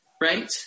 right